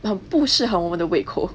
很不适合我们的胃口